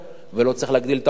ולא צריך להגדיל את ההוצאה.